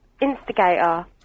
instigator